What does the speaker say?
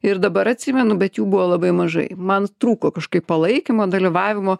ir dabar atsimenu bet jų buvo labai mažai man trūko kažkaip palaikymo dalyvavimo